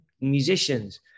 musicians